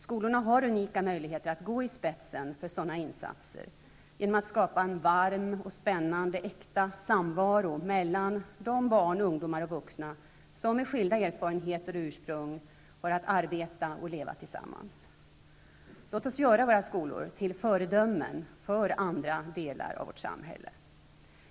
Skolorna har unika möjligheter att gå i spetsen för sådana insatser genom att skapa en varm, spännande och äkta samvaro mellan de barn, ungdomar och vuxna som med skilda erfarenheter och ursprung har att arbeta och leva tillsammans. Låt oss göra våra skolor till föredömen för andra delar av vårt samhälle.